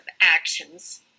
actions